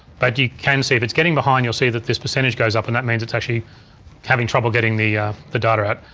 but you can see if it's getting behind you'll see that this percentage goes up and that means it's actually having trouble getting the the data out.